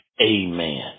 Amen